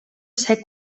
ser